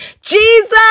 Jesus